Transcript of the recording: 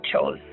chose